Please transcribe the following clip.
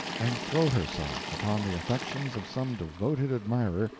and throw herself upon the affections of some devoted admirer,